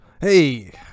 Hey